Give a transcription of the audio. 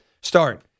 start